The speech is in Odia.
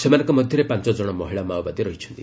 ସେମାନଙ୍କ ମଧ୍ୟରେ ପାଞ୍ଚ ଜଣ ମହିଳା ମାଓବାଦୀ ରହିଛନ୍ତି